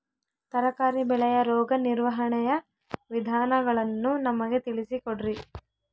ತರಕಾರಿ ಬೆಳೆಯ ರೋಗ ನಿರ್ವಹಣೆಯ ವಿಧಾನಗಳನ್ನು ನಮಗೆ ತಿಳಿಸಿ ಕೊಡ್ರಿ?